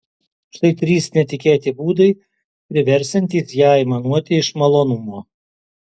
štai trys netikėti būdai priversiantys ją aimanuoti iš malonumo